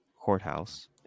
courthouse